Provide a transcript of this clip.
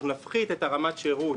אנחנו נפחית את רמת השירות.